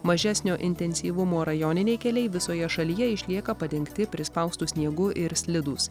mažesnio intensyvumo rajoniniai keliai visoje šalyje išlieka padengti prispaustu sniegu ir slidūs